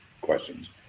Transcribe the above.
questions